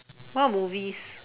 what movies